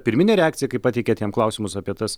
pirminė reakcija kai pateikėt jam klausimus apie tas